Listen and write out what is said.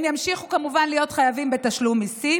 הם ימשיכו כמובן להיות חייבים בתשלום מיסים,